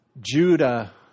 Judah